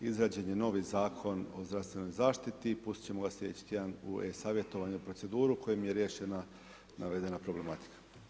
Izrađen je novi zakon o zdravstvenoj zaštiti i pustit ćemo da sljedeći tjedan u e-Savjetovanje proceduru kojom je riješena navedena problematika.